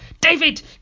David